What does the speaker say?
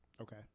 Okay